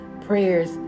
prayers